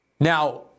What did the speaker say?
Now